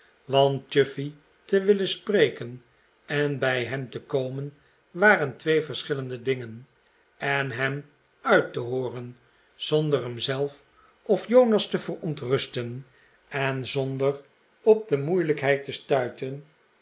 chuffey te willen spreken en bij hem te komen waren twee verschillende dingen en hem uit te hooren zonder hem zelf of jonas te verontrusten en zonder op de moeilijkheid te stuiten